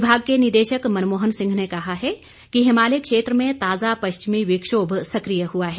विभाग के निदेशक मनमोहन सिंह ने कहा है कि हिमालय क्षेत्र में ताजा पश्चिमी विक्षोभ सक्रिय हुआ है